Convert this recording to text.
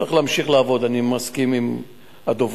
צריך להמשיך לעבוד, אני מסכים עם הדוברים.